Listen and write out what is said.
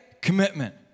commitment